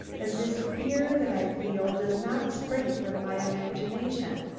and this fear that i feel does not spring from my imagination,